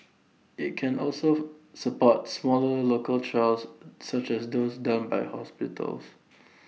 IT can also support smaller local trials such as those done by hospitals